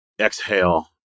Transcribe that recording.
exhale